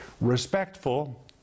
respectful